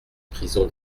prison